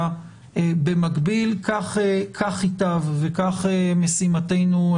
במקביל כך ייטב וכך תצלח משימתנו.